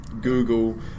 Google